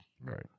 Right